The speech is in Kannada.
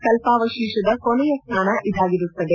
ಕಲ್ವಾವತೀಶದ ಕೊನೆಯ ಸ್ನಾನ ಇದಾಗಿರುತ್ತದೆ